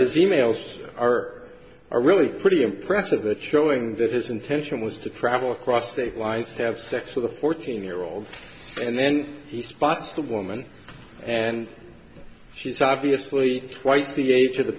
is emails are really pretty impressive that showing that his intention was to travel across state lines to have sex with a fourteen year old and then he spots the woman and she's obviously twice the age of the